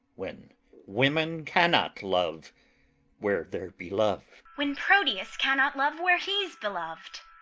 when women cannot love where they're belov'd when proteus cannot love where he's belov'd!